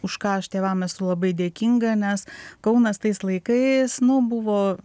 už ką aš tėvam esu labai dėkinga nes kaunas tais laikais nu buvo